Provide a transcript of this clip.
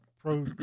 pro